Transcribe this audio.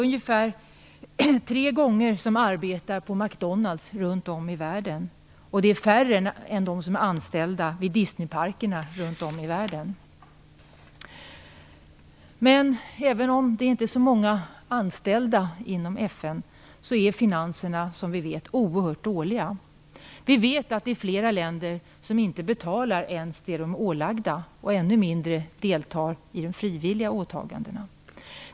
Ungefär tre gånger fler arbetar på McDonalds runt om i världen, och FN:s anställda är färre än de som är anställda vid Disneyparkerna runt om i världen. Även om det inte är så många anställda inom FN är finanserna, som vi vet, oerhört dåliga. Vi vet för det första att flera länder inte betalar ens det de är ålagda, än mindre deltar i de frivilliga åtagandena.